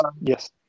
yes